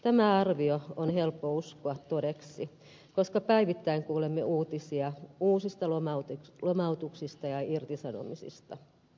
tämä arvio on helppo uskoa todeksi koska päivittäin kuulemme uutisia uusista lomautuksista ja irtisanomisista